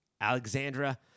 Alexandra